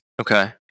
Okay